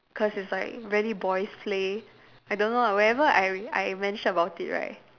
cause it's like very boys play I don't know ah whenever I I mention about it right